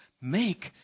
make